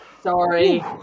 Sorry